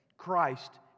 Christ